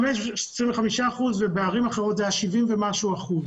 אחוזים ובערים אחרים היו 70 ומשהו אחוזים.